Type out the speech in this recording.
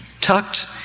tucked